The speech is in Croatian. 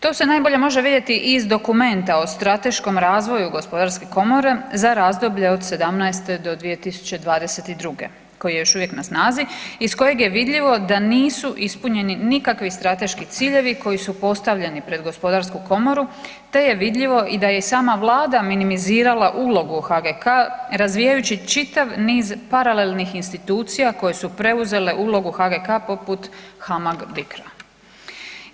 To se najbolje može vidjeti iz dokumenta o Strateškom razvoju Gospodarske komore za razdoblje od 2017.-2022. koji je još uvijek na snazi iz kojeg je vidljivo da nisu ispunjeni nikakvi strateški ciljevi koji su postavljeni pred Gospodarsku komoru te je vidljivo i da je i sama Vlada minimizirala ulogu HGK razvijajući čitav niz paralelnih institucija koje su preuzele ulogu HGK poput HAMAG-BIRCO-a.